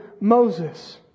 Moses